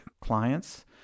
clients